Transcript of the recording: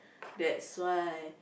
that's why